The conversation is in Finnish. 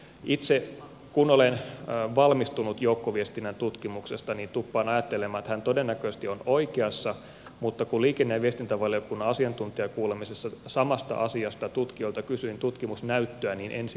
itse kun olen valmistunut joukkoviestinnän tutkimuksesta niin tuppaan ajattelemaan että hän todennäköisesti on oikeassa mutta kun liikenne ja viestintävaliokunnan asiantuntijakuulemisessa samasta asiasta tutkijoilta kysyin tutkimusnäyttöä niin en sitä saanut